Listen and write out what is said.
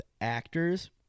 actors